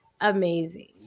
amazing